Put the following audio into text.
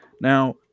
Now